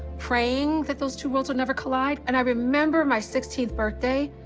praying that those two worlds would never collide. and i remember my sixteenth birthday,